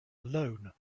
alone